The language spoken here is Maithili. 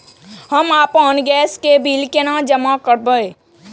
हम आपन गैस के बिल केना जमा करबे?